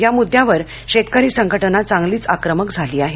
या मुद्द्यावर शेतकरी संघटना चांगलीच आक्रमक झाली आहे